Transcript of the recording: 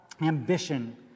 ambition